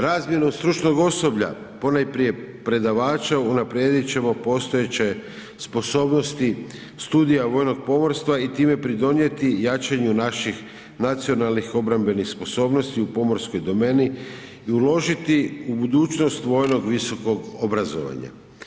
Razmjenu stručnog osoblja, ponajprije predavača unaprijediti ćemo postojeće sposobnosti studija vojnog pomorstva i time pridonijeti jačanju naših nacionalnih obrambenih sposobnosti u pomorskoj domeni i uložiti u budućnost vojnog visokog obrazovanja.